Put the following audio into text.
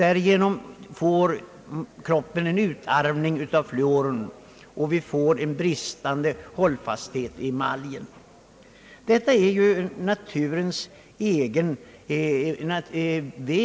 Därigenom uppstår i kroppen en utarmning av fluor, vilket leder till en bristande hållfasthet i emaljen. Fluorideringen är — kan man säga — naturens egen väg till botande av detta.